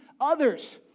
others